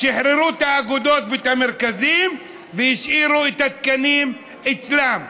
שחרורו את האגודות ואת המרכזים והשאירו את התקנים אצלם.